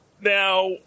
Now